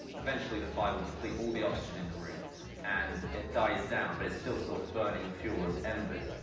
eventually the fire will deplete all the oxygen in the room and it dies down, but it's still sort of burning the fuel as embers.